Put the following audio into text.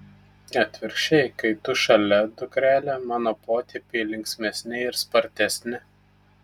atvirkščiai kai tu šalia dukrele mano potėpiai linksmesni ir spartesni